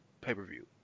pay-per-view